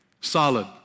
solid